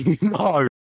No